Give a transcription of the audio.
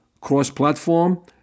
cross-platform